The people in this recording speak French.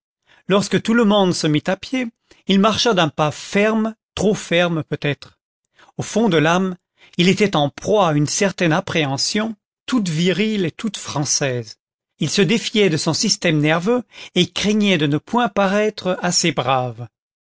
lorsque tout le monde mit pied à terre il marcha d'un pas ferme trop ferme peut-être au fond de l'âme il était en proie à une certaine appréhension toute virile et toute française il se défiait de son système nerveux et craignait de ne point paraître assez brave